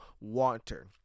water